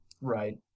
Right